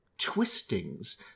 twistings